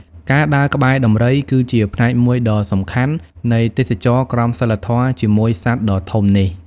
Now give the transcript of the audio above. សកម្មភាពដែលត្រូវបានអនុញ្ញាតអាចរួមមាន ការដើរក្បែរដំរី ការងូតទឹកឲ្យដំរី ការស្វែងយល់ពីជីវិតដំរី និងឱ្យចំណីវា។